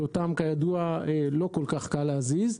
שאותם כידוע לא כל כך קל להזיז,